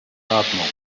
atmung